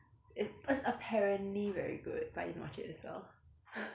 it it's apparently very good but I didn't watch it as well